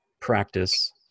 practice